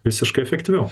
visiškai efektyviau